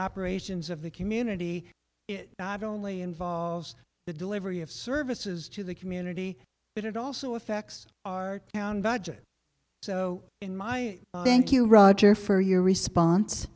operations of the community it not only involves the delivery of services to the community but it also affects our town budget so in my thank you roger for your response